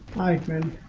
white man